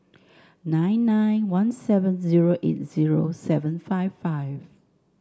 nine nine one seven zero eight zero seven five five